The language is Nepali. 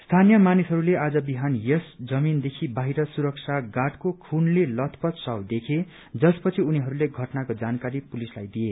स्थानीय मानिसहरूले आज बिहान यस जमीनदेखि बाहिर सुरक्षा गार्डको खूनले लथपथ शव देखे जसपछि उनीहरूले घटनाको जानकारी पुलिसलाई दिए